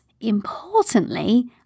importantly